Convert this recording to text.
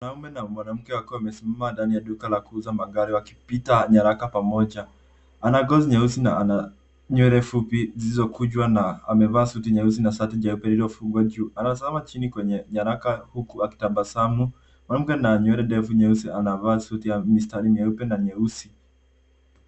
Mwanamume na mwanamke wako wamesimama ndani ya duka la kuuza magari wakipitia nyaraka pamoja. Ana ngozi nyeusi na ana nywele fupi zilizokunjwa na amevaa suti nyeusi na shati jeupe lililofungwa juu. Anatazama chini kwenye nyaraka huku akitabasamu. Mwanamke na nywele ndefu nyeusi anavaa suti ya mistari meupe na nyeusi.